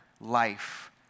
life